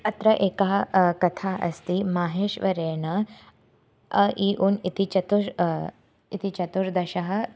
अत्र एका कथा अस्ति माहेश्वरेण अ इ उण् इति चतुश् इति चतुर्दश